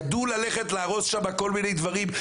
ידעו להרוס שם כל מיני דברים.